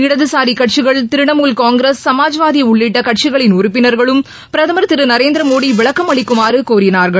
இடதுசாரிக் கட்சிகள் திரிணாமூல் காங்கிரஸ் சமாஜ்வாதி உள்ளிட்ட கட்சிகளின் உறுப்பினர்களும் பிரதமர் திரு நரேந்திர மோடி விளக்கமளிக்குமாறு கோரினார்கள்